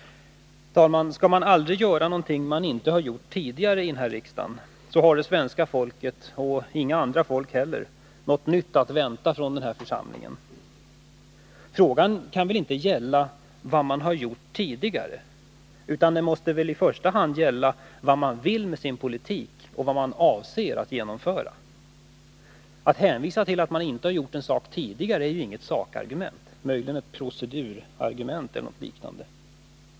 Herr talman! Skall man aldrig göra någonting som man inte har gjort tidigare i den här riksdagen, har det svenska folket och inga andra folk heller något nytt att vänta av den här församlingen. Men frågan kan väl inte gälla vad som har gjorts tidigare, utan den måste väl i första hand gälla vad man vill med sin politik och vad man avser att genomföra. Att hänvisa till att man inte har gjort en viss sak tidigare är ju inte något sakargument, möjligen ett procedurargument.